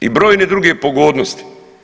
I brojne druge pogodnosti.